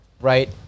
right